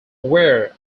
weir